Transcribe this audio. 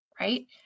right